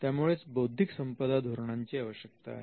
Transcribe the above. त्यामुळेच बौद्धिक संपदा धोरणांची आवश्यकता आहे